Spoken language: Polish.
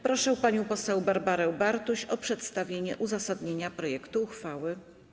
Proszę panią poseł Barbarę Bartuś o przedstawienie uzasadnienia projektu uchwały.